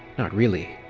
not really.